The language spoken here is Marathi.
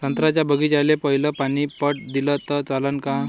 संत्र्याच्या बागीचाले पयलं पानी पट दिलं त चालन का?